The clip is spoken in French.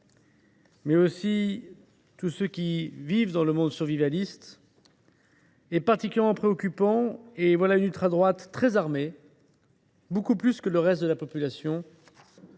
mais aussi tous ceux qui s’inscrivent dans le monde survivaliste, sont particulièrement préoccupants. L’ultradroite est très armée, beaucoup plus que le reste de la population,